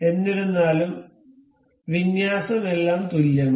എന്നിരുന്നാലും വിന്യാസം എല്ലാം തുല്യമാണ്